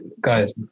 Guys